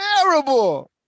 terrible